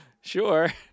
Sure